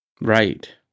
Right